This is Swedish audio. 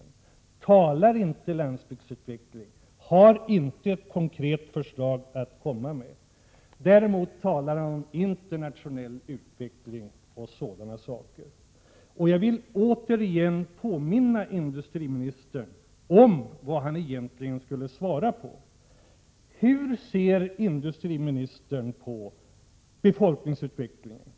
Han talar inte om landsbygdsutveckling. Han har inte ett konkret förslag att komma med. Däremot talar han om internationell utveckling och storstadsutveckling. Jag vill återigen påminna industriministern om vad han egentligen skulle svara på: Hur ser industriministern på landsbygdens befolkningsutveckling?